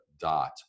dot